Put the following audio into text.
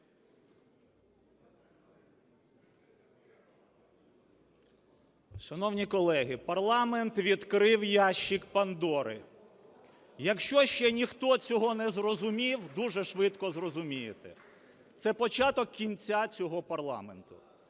Шановні колеги, парламент відкрив ящик Пандори. Якщо ще ніхто цього не зрозумів, дуже швидко зрозумієте – це початок кінця цього парламенту.